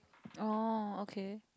orh okay